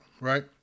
Right